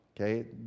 okay